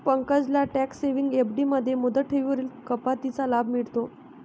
पंकजला tax saving FD मध्ये मुदत ठेवींवरील कपातीचा लाभ मिळतो